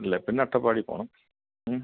ഇല്ലേ പിന്നെ അട്ടപ്പാടിയിൽ പോകണം